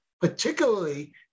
particularly